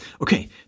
okay